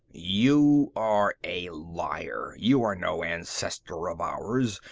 you are a liar! you are no ancestor of ours!